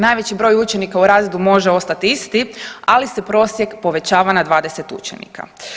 Najveći broj učenika u razredu može ostati isti, ali se prosjek povećava na 20 učenika.